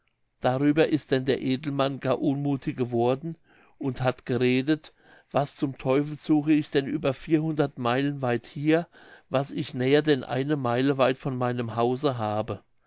darüber ist denn der edelmann gar unmuthig geworden und hat geredet was zum teufel suche ich denn über meilen weit hier was ich näher denn eine meile weit von meinem hause habe